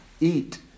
Eat